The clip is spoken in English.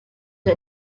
the